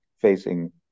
facing